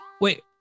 wait